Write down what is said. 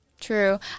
True